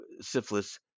syphilis